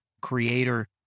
creator